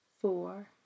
four